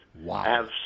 Wow